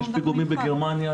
יש פיגומים בגרמניה,